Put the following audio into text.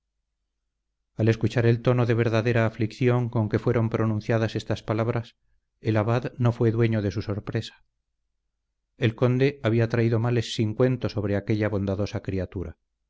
al escuchar el tono de verdadera aflicción con que fueron pronunciadas estas palabras el abad no fue dueño de su sorpresa el conde había traído males sin cuento sobre aquella bondadosa criatura